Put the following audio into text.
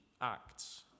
acts